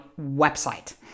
website